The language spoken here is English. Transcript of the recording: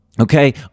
Okay